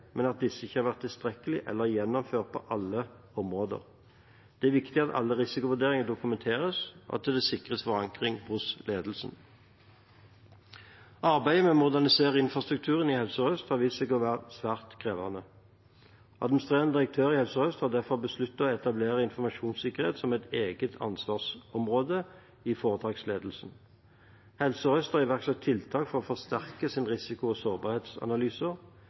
men at disse ikke har vært tilstrekkelige eller gjennomført på alle områder. Det er viktig at alle risikovurderinger dokumenteres, og at det sikres forankring hos ledelsen. Arbeidet med å modernisere infrastrukturen i Helse Sør-Øst har vist seg å være svært krevende. Administrerende direktør i Helse Sør-Øst har derfor besluttet å etablere informasjonssikkerhet som et eget ansvarsområde i foretaksledelsen. Helse Sør-Øst har iverksatt tiltak for å forsterke sine risiko- og